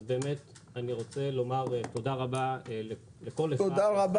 אז באמת אני רוצה לומר תודה רבה לכל אחד,